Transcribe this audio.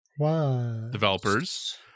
developers